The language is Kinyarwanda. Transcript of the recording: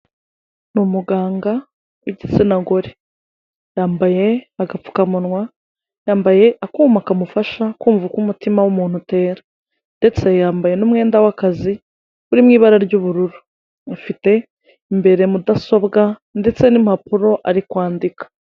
Ni umuganga w'igitsina gore. Yambaye agapfukamunwa, yambaye akuma kamufasha kumva uko umutima w'umuntu utera, ndetse yambaye n'umwenda w'akazi uri mu ibara ry'ubururu, ufite imbere mudasobwa ndetse n'impapuro ari kwandika.